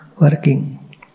working